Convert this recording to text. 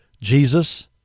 Jesus